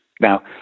Now